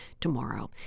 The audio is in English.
tomorrow